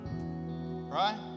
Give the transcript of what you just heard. Right